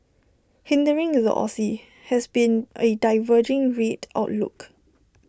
hindering the Aussie has been A diverging rate outlook